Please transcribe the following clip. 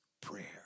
prayer